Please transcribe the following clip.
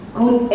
good